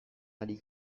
ari